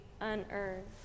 unearthed